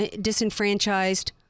disenfranchised